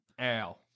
Ow